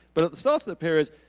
but at the start of the period,